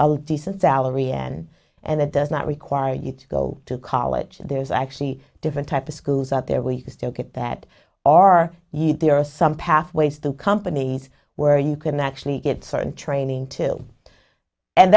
a decent salary and and that does not require you to go to college there's actually different type of schools out there where you can still get that or you there are some pathways to companies where you can actually get certain training to and